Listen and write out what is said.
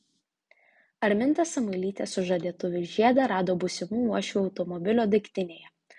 arminta samuilytė sužadėtuvių žiedą rado būsimų uošvių automobilio daiktinėje